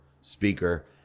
speaker